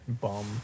Bum